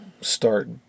start